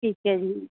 ਠੀਕ ਹੈ ਜੀ